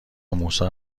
موسی